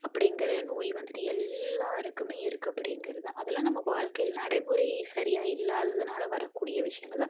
அப்படிங்கிற நோய் வந்துட்டு எல்லாருக்குமே இருக்கு அப்படிங்கிறது தான் அதில் நம்ம வாழ்க்கையில் நடைமுறை சரியாக இல்லாததுனால் வரக்கூடிய விஷயங்கள் தான்